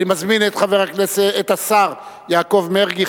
אני מזמין את השר יעקב מרגי,